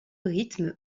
rythmes